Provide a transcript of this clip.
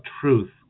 truth